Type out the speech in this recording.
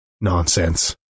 nonsense